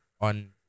on